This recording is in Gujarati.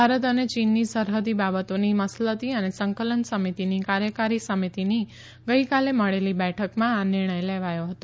ભારત અને ચીનની સરહદી બાબતોની મસલતી અને સંકલન સમિતિની કાર્યકારી સમિતિની ગઇકાલે મળેલી બેઠકમાં આ નિર્ણય લેવાયો હતો